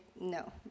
no